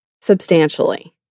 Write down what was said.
substantially